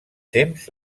temps